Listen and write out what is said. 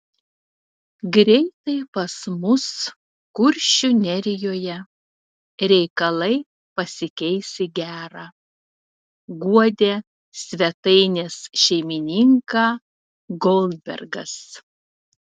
greitai pas mus kuršių nerijoje reikalai pasikeis į gera guodė svetainės šeimininką goldbergas